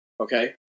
okay